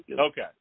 Okay